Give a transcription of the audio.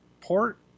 port